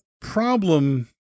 problem